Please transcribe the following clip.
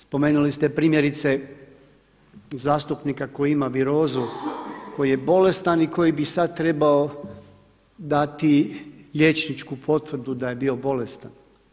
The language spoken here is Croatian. Spomenuli ste primjerice zastupnika koji ima virozu, koji je bolestan i koji bi sad trebao dati liječničku potvrdu da je bi bolestan.